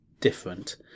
different